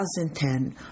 2010